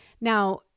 Now